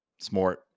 Smart